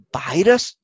virus